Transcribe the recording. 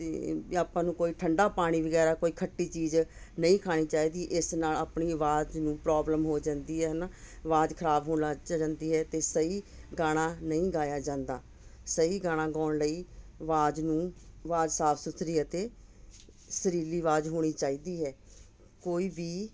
ਅਤੇ ਆਪਾਂ ਨੂੰ ਕੋਈ ਠੰਡਾ ਪਾਣੀ ਵਗੈਰਾ ਕੋਈ ਖੱਟੀ ਚੀਜ਼ ਨਹੀਂ ਖਾਣੀ ਚਾਹੀਦੀ ਇਸ ਨਾਲ ਆਪਣੀ ਆਵਾਜ਼ ਨੂੰ ਪ੍ਰੋਬਲਮ ਹੋ ਜਾਂਦੀ ਹੈ ਹੈ ਨਾ ਆਵਾਜ਼ ਖਰਾਬ ਹੋਣ ਲੱਗ ਜਾਂਦੀ ਹੈ ਅਤੇ ਸਹੀ ਗਾਣਾ ਨਹੀਂ ਗਾਇਆ ਜਾਂਦਾ ਸਹੀ ਗਾਣਾ ਗਾਉਣ ਲਈ ਆਵਾਜ਼ ਨੂੰ ਆਵਾਜ਼ ਸਾਫ਼ ਸੁਥਰੀ ਅਤੇ ਸੁਰੀਲੀ ਆਵਾਜ਼ ਹੋਣੀ ਚਾਹੀਦੀ ਹੈ ਕੋਈ ਵੀ